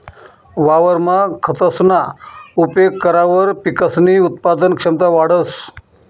वावरमा खतसना उपेग करावर पिकसनी उत्पादन क्षमता वाढंस